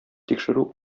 тикшерү